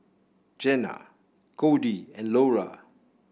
Gena Codey and Lora